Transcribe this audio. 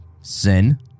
sin